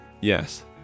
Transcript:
Yes